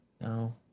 No